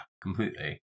completely